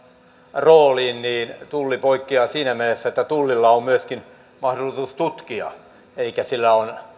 rooliin niin tulli poikkeaa siinä mielessä että tullilla on mahdollisuus myöskin tutkia elikkä sillä on